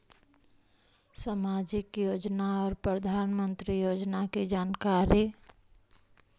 समाजिक योजना और प्रधानमंत्री योजना की जानकारी?